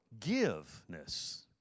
forgiveness